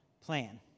plan